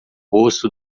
rosto